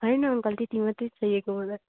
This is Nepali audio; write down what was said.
होइन अङ्कल त्यति मात्रै चाहिएको मलाई